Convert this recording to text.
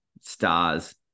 stars